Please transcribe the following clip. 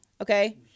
okay